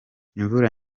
imvura